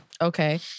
Okay